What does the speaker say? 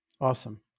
Awesome